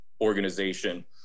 organization